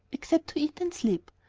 except to eat and sleep.